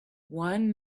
one